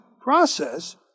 process